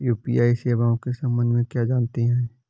UPI सेवाओं के संबंध में क्या जानते हैं?